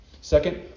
Second